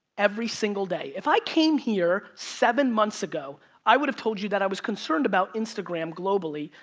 every single day, if i came here, seven months ago i would have told you that i was concerned about instagram globally,